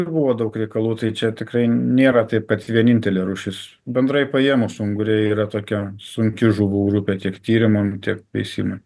buvo daug reikalų tai čia tikrai nėra taip kad vienintelė rūšis bendrai paėmus unguriai yra tokia sunki žuvų grupė tiek tyrimam tiek veisimui